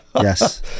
yes